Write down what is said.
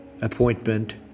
Appointment